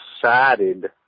decided